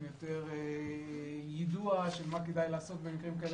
הם יותר יידוע של מה כדאי לעשות במקרים כאלה ואחרים.